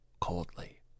coldly